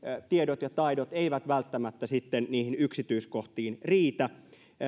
tiedot ja taidot eivät välttämättä sitten niihin yksityiskohtiin riitä